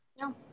No